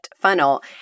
funnel